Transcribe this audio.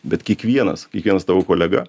bet kiekvienas kiekvienas tavo kolega